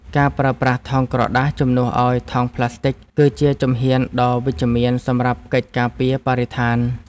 ការប្រើប្រាស់ថង់ក្រដាសជំនួសឱ្យថង់ផ្លាស្ទិក គឺជាជំហានដ៏វិជ្ជមានសម្រាប់កិច្ចការពារបរិស្ថាន។